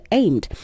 aimed